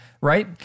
right